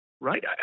right